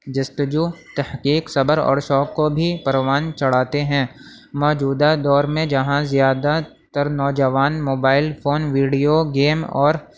جستجو تحقیق صبر اور شوق کو بھی پروان چڑھاتے ہیں موجودہ دور میں جہاں زیادہ تر نوجوان موبائل فون ویڈیو گیم اور